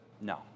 No